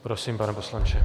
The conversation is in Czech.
Prosím, pane poslanče.